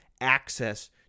access